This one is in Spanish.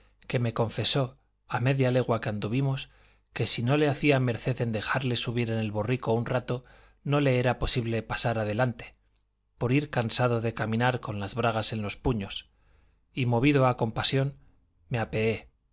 que me confesó a media legua que anduvimos que si no le hacía merced de dejarle subir en el borrico un rato no le era posible pasar adelante por ir cansado de caminar con las bragas en los puños y movido a compasión me apeé